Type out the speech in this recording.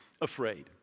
afraid